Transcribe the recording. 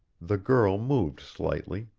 the girl moved slightly.